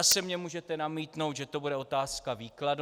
Zase mně můžete namítnout, že to bude otázka výkladu.